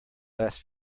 last